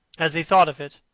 as he thought of it,